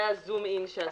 זה ה-zoom in שעשינו.